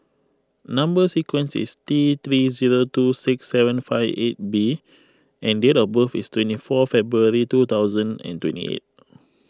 Number Sequence is T three zero two six seven five eight B and date of birth is twenty four February two thousand and twenty eight